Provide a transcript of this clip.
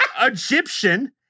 Egyptian